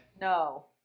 No